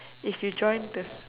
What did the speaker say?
if you join the